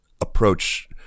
approach